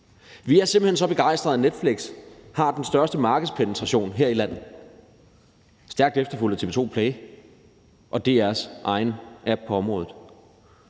Vi er simpelt hen så begejstrede, at Netflix har den største markedspenetration her i landet, stærkt efterfulgt af TV 2 Play og DR's egen app på området.